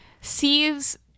sees